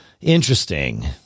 interesting